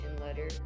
letter